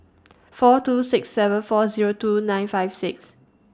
four two six seven four Zero two nine five six